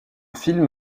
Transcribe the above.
film